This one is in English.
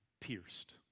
Pierced